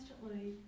constantly